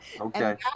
Okay